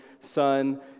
son